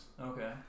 Okay